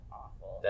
awful